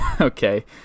Okay